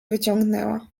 wyciągnęła